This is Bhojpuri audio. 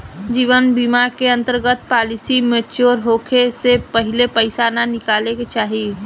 जीवन बीमा के अंतर्गत पॉलिसी मैच्योर होखे से पहिले पईसा ना निकाले के चाही